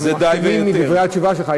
אנחנו מחכימים מדברי התשובה שלך.